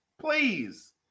please